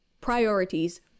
Priorities